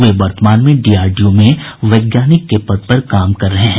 वे वर्तमान में डीआरडीओ में वैज्ञानिक के पद पर कार्य कर रहे हैं